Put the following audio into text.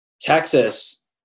texas